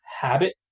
habit